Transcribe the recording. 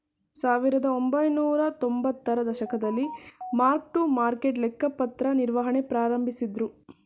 ಸಾವಿರದಒಂಬೈನೂರ ತೊಂಬತ್ತರ ದಶಕದಲ್ಲಿ ಮಾರ್ಕ್ ಟು ಮಾರ್ಕೆಟ್ ಲೆಕ್ಕಪತ್ರ ನಿರ್ವಹಣೆ ಪ್ರಾರಂಭಿಸಿದ್ದ್ರು